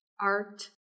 art